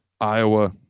Iowa